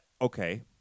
okay